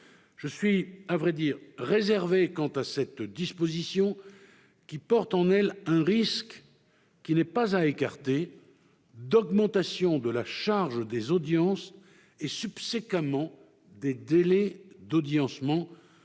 Je suis réservé quant à cette disposition, car elle porte en elle un risque, qui n'est pas à écarter, d'augmentation de la charge des audiences et, subséquemment, des délais d'audiencement,